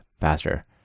faster